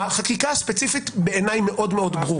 החקיקה הספציפית בעיני ברורה מאוד.